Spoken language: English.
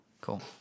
Cool